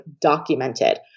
documented